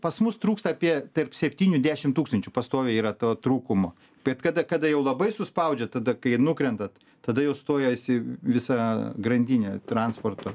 pas mus trūksta apie tarp septynių dešim tūkstančių pastoviai yra to trūkumo bet kada kada jau labai suspaudžia tada kai nukrentat tada jau stojasi visa grandinė transporto